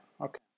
okay